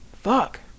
Fuck